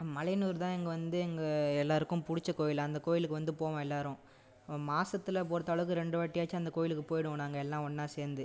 மலையனூர் தான் இங்கே வந்து எங்கள் எல்லோருக்கும் பிடிச்ச கோவில் அந்தக் கோவிலுக்கு வந்து போவோம் எல்லோரும் மாசத்தில் பொறுத்தளவுக்கு ரெண்டு வாட்டியாச்சும் அந்தக் கோவிலுக்கு போய்டுவோம் நாங்கள் எல்லாம் ஒன்னாக சேர்ந்து